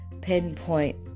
pinpoint